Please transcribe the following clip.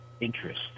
interest